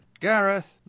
Gareth